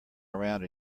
around